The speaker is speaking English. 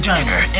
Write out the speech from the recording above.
Diner